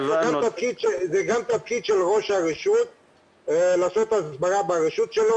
זה גם תפקיד של ראש הרשות לעשות הסברה ברשות שלו,